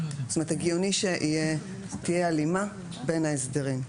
הגיוני שתהיה הלימה בין ההסדרים.